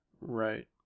right